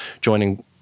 joining